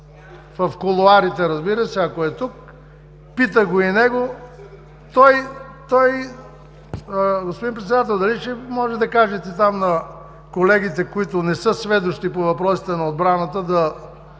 в кулоарите, разбира се, ако е тук, питах го и него, той… Господин Председател, дали ще можете да кажете на колегите, които не са сведущи по въпросите на отбраната, да